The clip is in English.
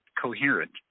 coherent